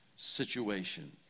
situation